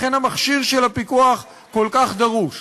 לכן המכשיר של הפיקוח כל כך דרוש.